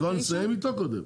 נסיים איתו קודם.